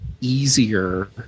easier